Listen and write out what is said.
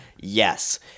yes